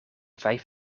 vijf